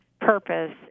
purpose